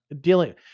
dealing